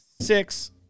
six